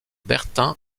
bertin